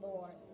Lord